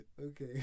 Okay